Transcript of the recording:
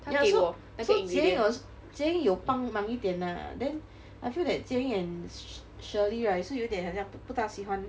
ya so so jie ying was jie ying 有帮忙一点 lah then I feel that jie ying and shirley 是有点不大喜欢